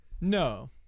No